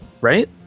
right